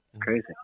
crazy